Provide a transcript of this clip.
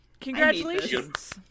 Congratulations